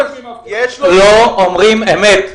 הם לא אומרים אמת.